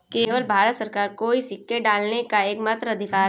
केवल भारत सरकार को ही सिक्के ढालने का एकमात्र अधिकार है